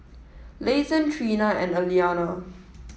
Leighton Trina and Aliana